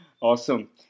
Awesome